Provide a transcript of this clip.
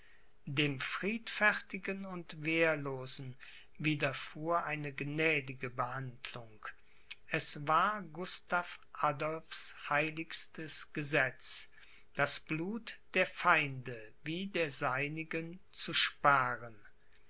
dem friedfertigen und wehrlosen widerfuhr eine gnädige behandlung es war gustav adolphs heiligstes gesetz das blut der feinde wie der seinigen zu sparen